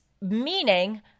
meaning